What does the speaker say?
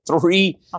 three